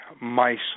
mice